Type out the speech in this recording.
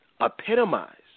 epitomize